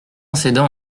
cédant